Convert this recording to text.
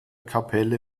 kapelle